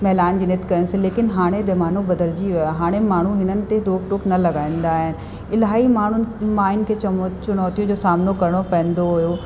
महिलाउनि जे नृत्य करण सां लेकिन हाणे ज़मानो बदिलजी वियो आहे हाणे माण्हू हिननि ते रोकु टोकु न लॻाईंदा आहिनि इलाही माण्हुनि मायुनि खे चङो चुनौतियूं जो सामिनो करिणो पवंदो हुओ